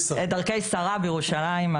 דרכי שרה בירושלים,